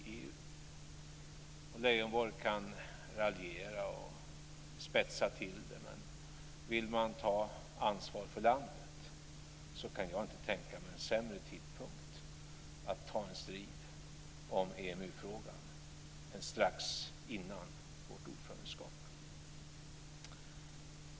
Lars Leijonborg kan raljera och spetsa till det, men vill man ta ansvar för landet kan jag inte tänka mig en sämre tidpunkt att ta en strid om EMU-frågan än strax före vårt ordförandeskap.